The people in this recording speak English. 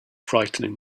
frightening